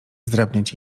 zdrabniać